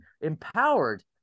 empowered